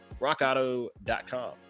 Rockauto.com